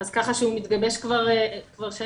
ככה שהוא מתגבש כבר שנים,